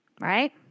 Right